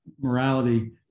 morality